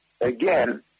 Again